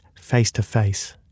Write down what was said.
face-to-face